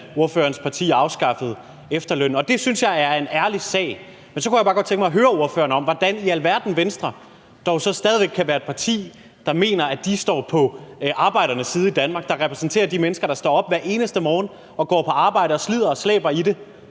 ordførerens parti afskaffede efterlønnen, og det synes jeg er en ærlig sag. Men så kunne jeg bare godt tænke mig at høre ordføreren om, hvordan i alverden Venstre så dog stadig væk kan være et parti, der mener, at de står på arbejdernes side i Danmark og repræsenterer de mennesker, der står op hver eneste morgen og går på arbejde og slider og slæber, hvis